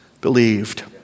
believed